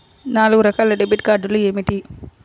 నాలుగు రకాల డెబిట్ కార్డులు ఏమిటి?